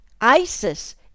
ISIS